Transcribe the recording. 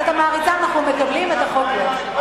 את המעריצה אנחנו מקבלים, את החוק לא.